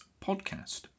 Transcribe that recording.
Podcast